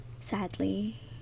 sadly